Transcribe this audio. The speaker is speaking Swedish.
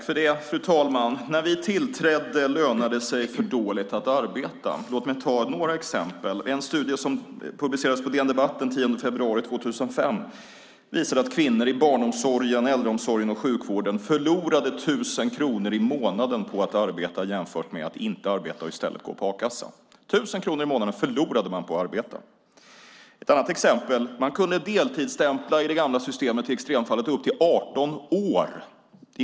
Fru talman! När vi tillträdde lönade det sig för dåligt att arbeta. Låt mig ta några exempel. En studie som publicerades på DN Debatt den 10 februari 2005 visade att kvinnor i barnomsorgen, äldreomsorgen och sjukvården förlorade 1 000 kronor i månaden på att arbeta jämfört med att inte arbeta och i stället gå på a-kassa. 1 000 kronor i månaden förlorade man på att arbeta! Ett annat exempel är att man i det gamla systemet kunde deltidsstämpla i extremfallet upp till 18 år.